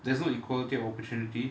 there's no equality of opportunity